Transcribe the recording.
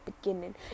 beginning